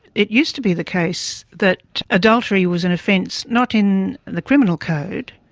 it used to be the case that adultery was an offence not in the criminal code,